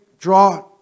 draw